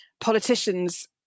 politicians